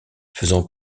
faisant